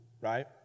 right